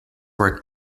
were